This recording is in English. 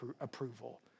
approval